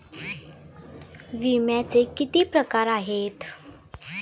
विम्याचे किती प्रकार आहेत?